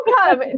come